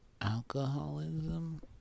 alcoholism